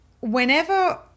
Whenever